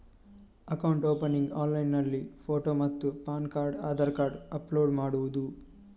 Account opening ಆನ್ಲೈನ್ನಲ್ಲಿ photo ಮತ್ತು PAN card Aadhaar card upload ಮಾಡುವುದು?